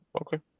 Okay